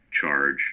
charge